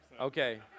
Okay